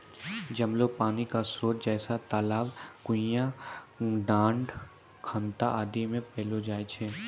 जमलो पानी क स्रोत जैसें तालाब, कुण्यां, डाँड़, खनता आदि म पैलो जाय छै